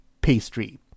pastry